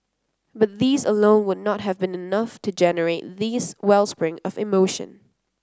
but these alone would not have been enough to generate this wellspring of emotion